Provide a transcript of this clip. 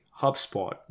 HubSpot